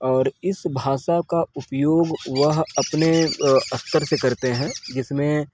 और इस भाषा का उपयोग वह अपने स्तर से करते हैं जिसमें